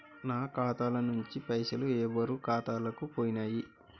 నా ఖాతా ల నుంచి పైసలు ఎవరు ఖాతాలకు పోయినయ్?